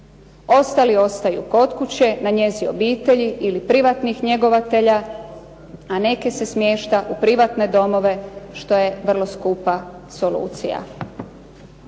Ostali ostaju kod kuće na njezi obitelji ili privatnih njegovatelja, a neke se smješta u privatne domove što je vrlo skupa solucija.